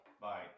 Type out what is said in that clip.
Bye